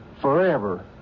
forever